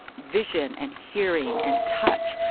vision, and hearing and touch,